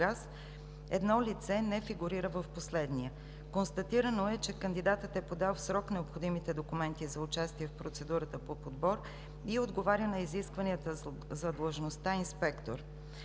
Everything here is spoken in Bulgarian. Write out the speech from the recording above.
едно лице не фигурира в последния. Констатирано е, че кандидатът е подал в срок необходимите документи за участие в процедурата по подбор и отговаря на изискванията за длъжността „инспектор“.